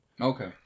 Okay